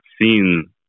seen